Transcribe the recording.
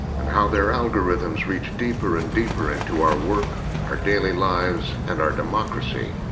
and how their algorithms reach deeper and deeper into our work, our daily lives, and our democracy,